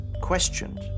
QUESTIONED